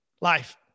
Life